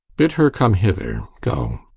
bid her come hither go.